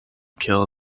kill